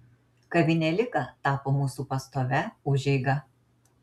kavinė lika tapo mūsų pastovia užeiga